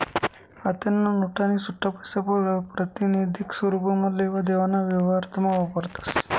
आत्तेन्या नोटा आणि सुट्टापैसा प्रातिनिधिक स्वरुपमा लेवा देवाना व्यवहारमा वापरतस